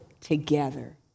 together